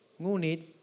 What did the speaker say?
ngunit